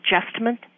adjustment